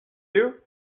you